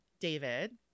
David